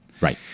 Right